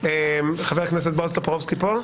חבר הכנסת בועז טופורובסקי פה?